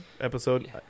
episode